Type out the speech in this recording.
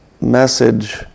message